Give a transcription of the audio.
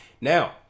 Now